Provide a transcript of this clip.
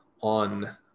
on